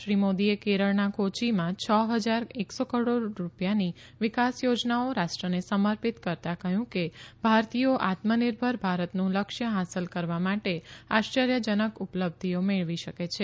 શ્રી મોદીએ કેરળના કોચ્ચીમાં છ હજાર એકસો કરોડ રૂપિયાની વિકાસ યોજનાઓ રાષ્ટ્રને સમર્પિત કરવા કહ્યું કે ભારતીયો આત્મનિર્ભર ભારતનું લક્ષ્ય હાંસલ કરવા માટે આશ્ચર્યજનક ઉપલબ્ધિઓ મેળવી શકે છે